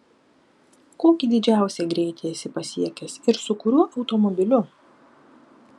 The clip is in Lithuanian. kokį didžiausią greitį esi pasiekęs ir su kuriuo automobiliu